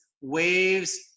waves